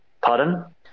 Pardon